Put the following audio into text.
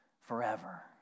forever